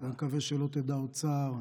ואני מקווה שלא תדע עוד צער,